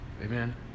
Amen